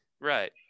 right